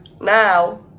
now